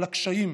על הקשיים,